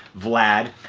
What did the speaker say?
vlad.